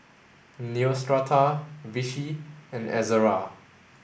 Neostrata Vichy and Ezerra